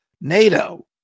NATO